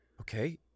Okay